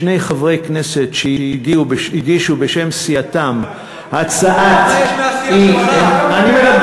שני חברי כנסת שהגישו בשם סיעתם הצעת אי-אמון,